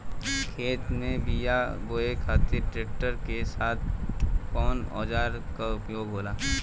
खेत में बीज बोए खातिर ट्रैक्टर के साथ कउना औजार क उपयोग होला?